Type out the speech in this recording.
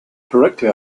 correctly